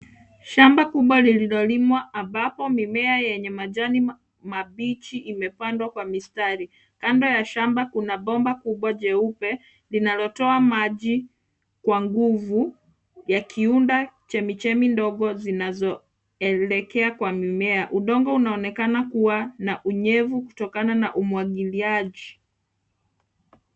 Shamba kubwa lililolimwa ambapo mimea enye majani mabichi imepandwa kwa mistari. Kando ya shamba kuna pomba kubwa jeupe linalotoa maji kwa nguvu yakiunda chemichemi ndogo zinazoelekea kwa mimea. Udongo unaonekana kuwa na unyefu kutokana na umwagiliaji.